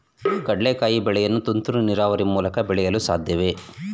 ಕಡ್ಲೆಕಾಯಿ ಬೆಳೆಯನ್ನು ತುಂತುರು ನೀರಾವರಿ ಮೂಲಕ ಬೆಳೆಯಲು ಸಾಧ್ಯವೇ?